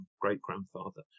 great-grandfather